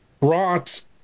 brought